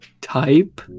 type